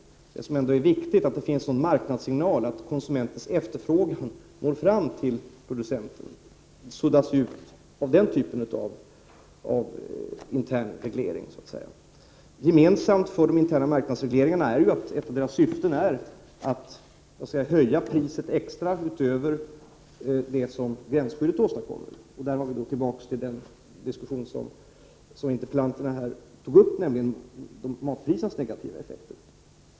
Det är ändå viktigt att det finns en marknadssignal, att konsumentens efterfrågan når fram till producenten och inte suddas ut av den typen av intern reglering. Gemensamt för de interna marknadsregleringarna är att ett av deras syften är att höja priset extra utöver det som gränsskyddet åstadkommer. Där är vi då tillbaka till den diskussion som interpellanterna här tog upp, nämligen matprisernas negativa effekter.